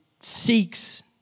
seeks